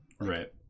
Right